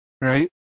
right